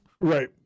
Right